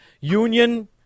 Union